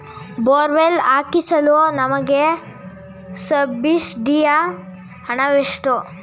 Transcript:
Borewell ಹಾಕಿಸಲು ನಮಗೆ ಸಬ್ಸಿಡಿಯ ಹಣವೆಷ್ಟು?